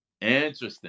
Interesting